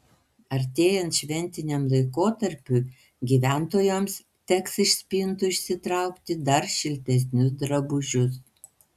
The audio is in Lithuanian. artėjant šventiniam laikotarpiui gyventojams teks iš spintų išsitraukti dar šiltesnius drabužius